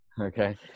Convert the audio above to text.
okay